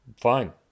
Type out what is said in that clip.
Fine